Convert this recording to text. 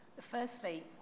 firstly